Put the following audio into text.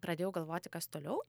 pradėjau galvoti kas toliau